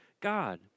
God